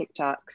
TikToks